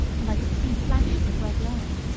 and i could see flashes of red light